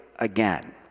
Again